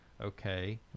Okay